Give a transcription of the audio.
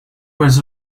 wears